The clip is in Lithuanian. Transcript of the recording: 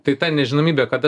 tai ta nežinomybė kada